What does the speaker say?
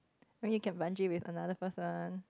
or you can bungee with another person